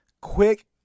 quick